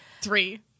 Three